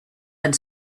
had